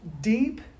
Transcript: deep